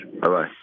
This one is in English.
Bye-bye